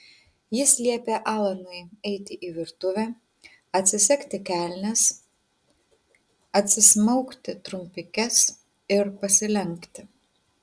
jis liepė alanui eiti į virtuvę atsisegti kelnes atsismaukti trumpikes ir pasilenkti